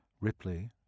Ripley